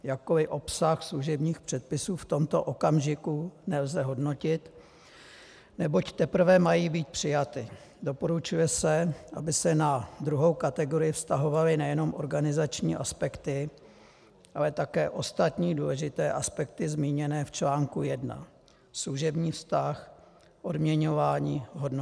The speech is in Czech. Jakkoli obsah služebních předpisů v tomto okamžiku nelze hodnotit, neboť teprve mají být přijaty, doporučuje se, aby se na druhou kategorii vztahovaly nejen organizační aspekty, ale také ostatní důležité aspekty zmíněné v článku 1 služební vztah, odměňování, hodnocení atd.